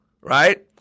right